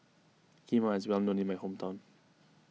Kheema is well known in my hometown